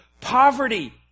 poverty